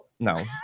No